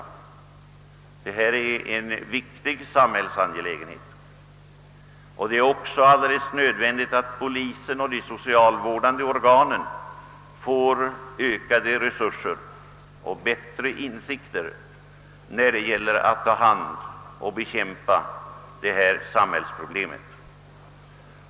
Vi avhandlar här en mycket viktig samhällsangelägenhet och det är alldeles nödvändigt att polisen och de socialvårdande organen får ökade resurser för att kunna bekämpa narkotikabruket och missbruket.